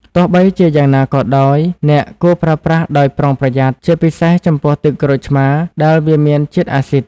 ទោះបីជាយ៉ាងណាក៏ដោយ អ្នកគួរប្រើប្រាស់ដោយប្រុងប្រយ័ត្ន ជាពិសេសចំពោះទឹកក្រូចឆ្មារដែលវាមានជាតិអាស៊ីដ។